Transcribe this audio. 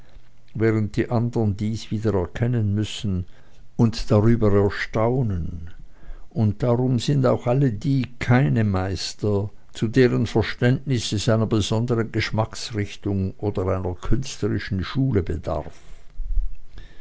während die anderen dies wiedererkennen müssen und darüber erstaunen und darum sind auch alle die keine meister zu deren verständnis es einer besonderen geschmacksrichtung oder einer künstlichen schule bedarf